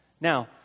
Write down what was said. Now